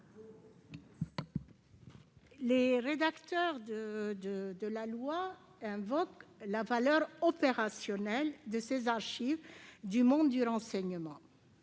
Les rédacteurs de ce projet de loi invoquent la valeur opérationnelle des archives du monde du renseignement.